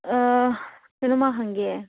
ꯑꯥ ꯀꯩꯅꯣꯃ ꯍꯪꯒꯦ